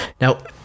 Now